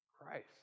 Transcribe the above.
Christ